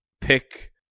pick